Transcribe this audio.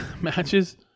matches